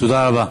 תודה רבה.